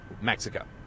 Mexico